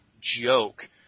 joke